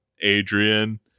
Adrian